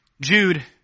Jude